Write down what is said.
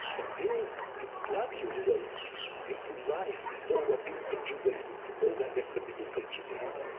and then you plug yourself into life before rabbinical judaism took over and that's the biblical judaism,